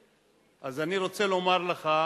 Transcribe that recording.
אז אני רוצה לומר לך